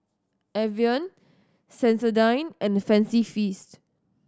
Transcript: Evian Sensodyne and Fancy Feast